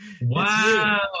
Wow